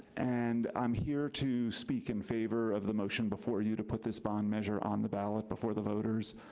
and i'm here to speak in favor of the motion before you to put this bond measure on the ballot before the voters.